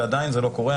עדיין זה לא קורה.